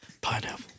Pineapple